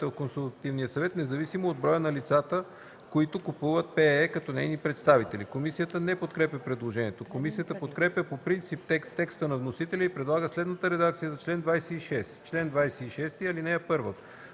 в Консултативния съвет независимо от броя на лицата, които купуват ПЕЕ като нейни представители.” Комисията не подкрепя предложението. Комисията подкрепя по принцип текста на вносителя и предлага следната редакция за чл. 26: „Чл. 26. (1) Контролът